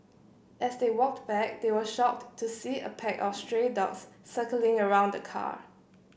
as they walked back they were shocked to see a pack of stray dogs circling around the car